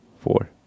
four